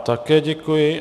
Také děkuji.